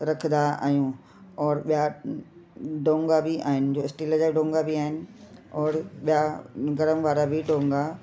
रखंदा आहियूं और ॿिया डोंगा बि आहिनि जो स्टील जा डोंगा बि आहिनि और ॿिया गर्म वारा बि डोंगा